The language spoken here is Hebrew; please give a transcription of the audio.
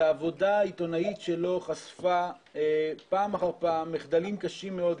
שהעבודה העיתונאית שלו חשפה פעם אחר פעם מחדלים קשים מאוד,